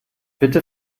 bitte